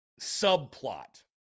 subplot